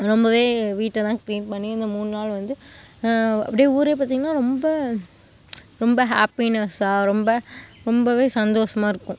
ரொம்பவே வீட்டெல்லாம் க்ளீன் பண்ணி இந்த மூண் நாள் வந்து அப்படியே ஊரே பார்த்திங்கன்னா ரொம்ப ரொம்ப ஹாப்பினஸ்ஸாக ரொம்ப ரொம்பவே சந்தோசமாக இருக்கும்